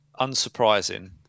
unsurprising